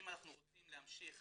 אם אנחנו רוצים להמשיך